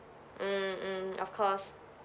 mm mm of course